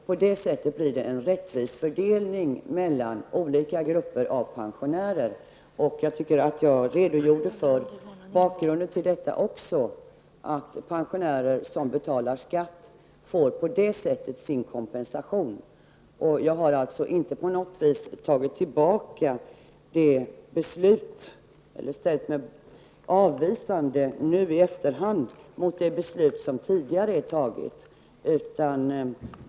På det sättet blir det en rättvis fördelning mellan olika grupper av pensionärer. Jag redogjorde också för bakgrunden till detta. Pensionärer som betalar skatt får på detta sätt sin kompensation. Jag har alltså inte på något vis nu i efterhand ställt mig avvisande till det beslut som tidigare har fattats.